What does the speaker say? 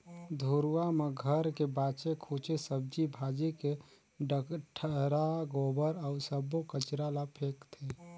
घुरूवा म घर के बाचे खुचे सब्जी भाजी के डठरा, गोबर अउ सब्बो कचरा ल फेकथें